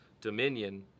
dominion